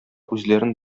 үзләрен